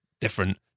different